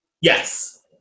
Yes